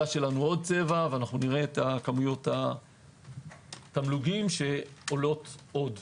שלנו עוד צבע ונראה את כמויות התמלוגים שעולות עוד.